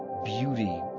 beauty